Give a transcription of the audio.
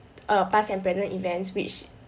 err pass and present events which